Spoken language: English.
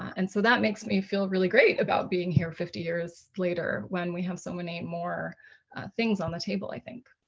and so that makes me feel really great about being here fifty years later when we have so many more things on the table i think.